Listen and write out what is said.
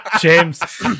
James